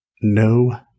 No